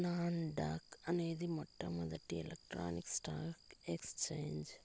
non dock అనేది మొట్టమొదటి electronic stock exchange